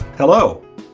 Hello